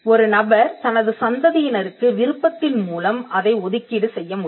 ஒரு நபர் தனது சந்ததியினருக்கு விருப்பத்தின் மூலம் அதை ஒதுக்கீடு செய்ய முடியும்